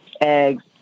eggs